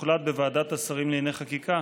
הוחלט בוועדת השרים לענייני חקיקה